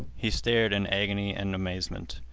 he stared in agony and amazement.